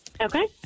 Okay